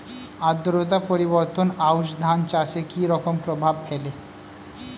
আদ্রতা পরিবর্তন আউশ ধান চাষে কি রকম প্রভাব ফেলে?